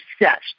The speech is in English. obsessed